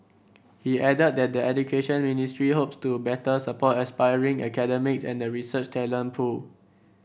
he added that the Education Ministry hopes to better support aspiring academics and the research talent pool